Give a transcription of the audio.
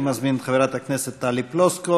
אני מזמין את חברת הכנסת טלי פלוסקוב,